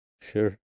Sure